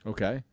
Okay